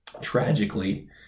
tragically